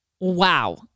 Wow